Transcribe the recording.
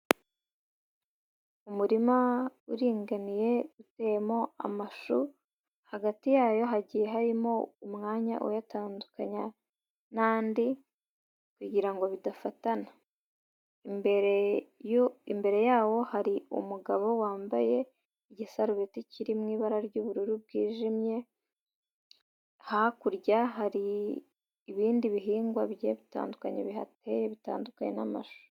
Umurima uringaniye uteyemo amashu, hagati yayo hagiye harimo umwanya uyatandukanya n'andi kugira bidafatana. Imbere yawo hari umugabo wambaye igisarubeti kiri mu ibara ry'ubururu bwijimye, hakurya hari ibindi bihingwa bigiye bitandukanye bihateye, bitandukanye n'amashu.